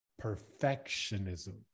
perfectionism